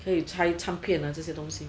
可以拆残片啊这样东西